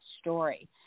story